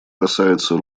касается